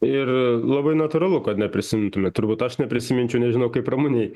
ir labai natūralu kad neprisiimtumėt turbūt aš neprisiminčiau nežinau kaip ramunei